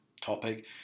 topic